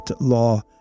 law